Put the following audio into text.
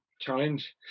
challenge